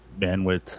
bandwidth